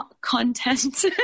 content